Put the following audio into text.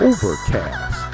Overcast